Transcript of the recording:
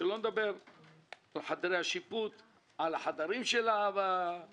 שלא נדבר על חדרי השיפוט ועל חדרי הדיינים.